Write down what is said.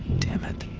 damn it.